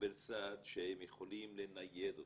לקבל סעד שהם יכולים לנייד אותו,